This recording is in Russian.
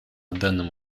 данном